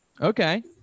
Okay